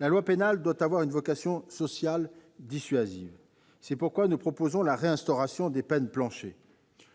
La loi pénale doit avoir une vocation sociale dissuasive. C'est pourquoi nous proposons de réinstaurer les peines planchers.